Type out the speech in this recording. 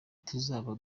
tuzaba